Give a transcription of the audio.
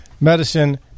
Medicine